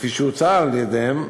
כפי שהוצע על-ידם,